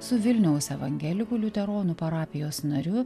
su vilniaus evangelikų liuteronų parapijos nariu